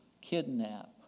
kidnap